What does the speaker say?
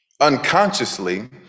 Unconsciously